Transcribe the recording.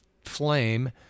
Flame